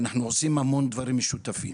ואנחנו עושים המון דברים משותפים.